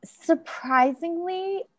surprisingly